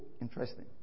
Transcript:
interesting